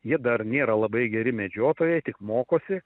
jie dar nėra labai geri medžiotojai tik mokosi